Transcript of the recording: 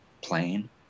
plane